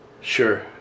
sure